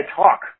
talk